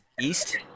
east